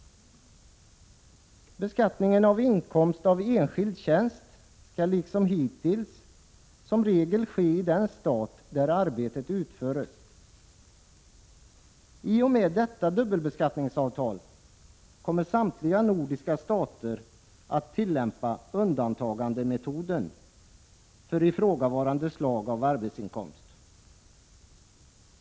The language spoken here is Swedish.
Beskattning av inkomst av enskild tjänst skall, liksom hittills, som regel ske i den stat där arbetet utförts. I och med detta dubbelbeskattningsavtal kommer samtliga nordiska stater att tillämpa undantagandemetoden för ifrågavarande slag av arbetsinkomst.